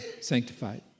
sanctified